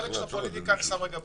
את החלק של הפוליטיקה אני שם בצד.